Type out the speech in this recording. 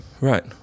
Right